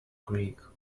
creek